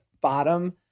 bottom